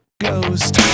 Ghost